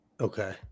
Okay